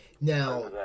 Now